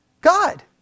God